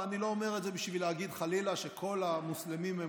ואני לא אומר את זה בשביל להגיד חלילה שכל המוסלמים הם